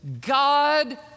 God